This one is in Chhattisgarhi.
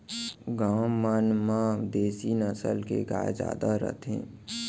गॉँव मन म देसी नसल के गाय जादा रथे